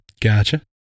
Gotcha